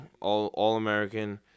All-American